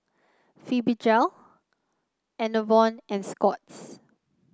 Fibogel Enervon and Scott's